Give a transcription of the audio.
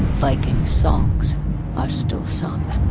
viking songs are still sung.